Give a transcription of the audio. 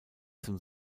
zum